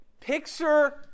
Picture